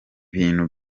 bintu